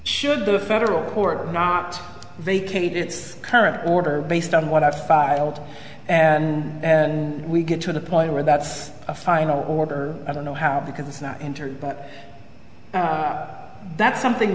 should the federal court not vacate its current order based on what i filed and we get to the point where that's a final order i don't know how because it's not entered but that's something